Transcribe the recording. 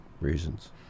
reasons